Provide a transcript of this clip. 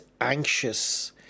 anxious